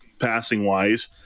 passing-wise